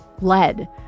lead